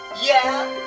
yeah?